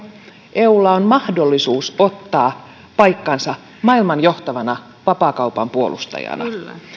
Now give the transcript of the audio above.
eulla on mahdollisuus ottaa paikkansa maailman johtavana vapaakaupan puolustajana